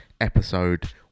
episode